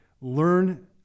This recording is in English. learn